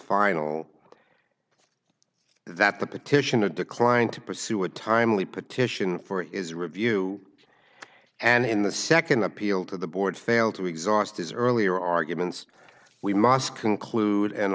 final that the petition to decline to pursue a timely petition for is review and in the second appeal to the board failed to exhaust his earlier arguments we must conclude and